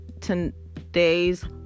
today's